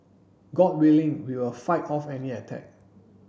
god willing we will fight off any attack